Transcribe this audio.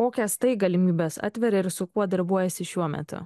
kokias tai galimybes atveria ir su kuo darbuojiesi šiuo metu